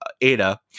Ada